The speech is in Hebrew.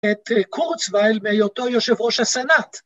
‫את קורצוויל בהיותו יושב ראש הסנאט.